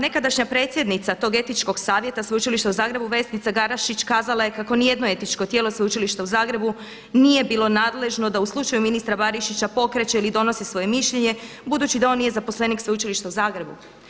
Nekadašnja predsjednica tog Etičkog savjeta Sveučilišta u Zagrebu Vesnica Garašić kazala je kako ni jedno etičko tijelo Sveučilišta u Zagrebu nije bilo nadležno da u slučaju ministra Barišića pokreće ili donosi svoje mišljenje budući da on nije zaposlenik Sveučilišta u Zagrebu.